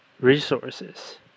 resources